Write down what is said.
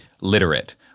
literate